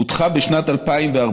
פותחה בשנת 2014,